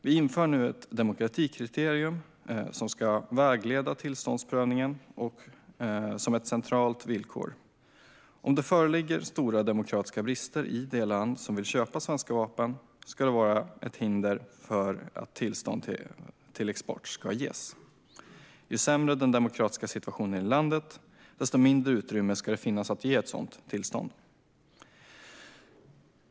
Vi inför nu ett demokratikriterium som ska vägleda tillståndsprövningen som ett centralt villkor. Om det föreligger stora demokratiska brister i det land som vill köpa svenska vapen ska detta vara ett hinder för att tillstånd för export ska ges. Ju sämre den demokratiska situationen i landet är, desto mindre utrymme ska det finnas för att ge ett sådant tillstånd.